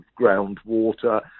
groundwater